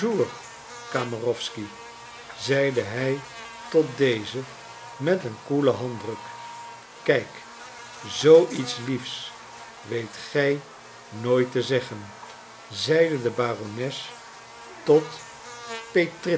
kamerowsky zeide hij tot dezen met een koele handdruk kijk zoo iets liefs weet gij nooit te zeggen zeide de barones tot